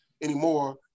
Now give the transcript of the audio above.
anymore